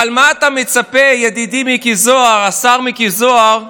אבל מה אתה מצפה, ידידי השר מיקי זוהר,